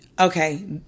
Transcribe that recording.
Okay